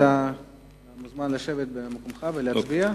אתה מוזמן לשבת במקומך ולהצביע.